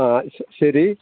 ആ ശെ ശരി